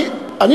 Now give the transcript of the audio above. וטוב שכך.